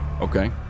Okay